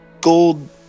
gold